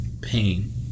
pain